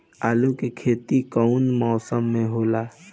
आलू के खेती कउन मौसम में होला?